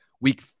week